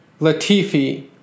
Latifi